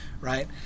right